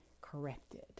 corrected